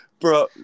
bro